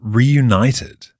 reunited